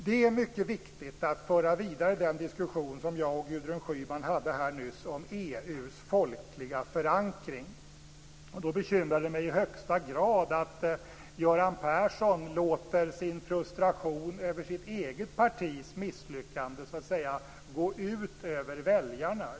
Det är mycket viktigt att föra vidare den diskussion som jag och Gudrun Schyman nyss hade om EU:s folkliga förankring. Därför bekymrar det mig i högsta grad att Göran Persson låter sin frustration över sitt eget partis misslyckande gå ut över väljarna.